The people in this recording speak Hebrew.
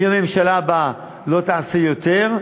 אם הממשלה הבאה לא תעשה יותר,